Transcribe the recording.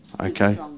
Okay